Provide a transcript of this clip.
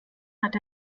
hat